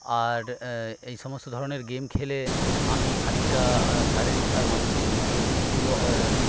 আর এইসমস্ত ধরনের গেম খেলে আমি খানিকটা শারীরিক আর মানসিক দিক থেকে